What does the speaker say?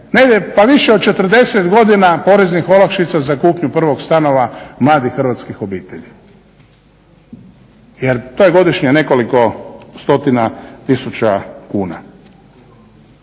je više od 40 godina poreznih olakšica za kupnju prvog stana mladih hrvatskih obitelji jer to je godišnje nekoliko stotina tisuća kuna.